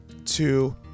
Two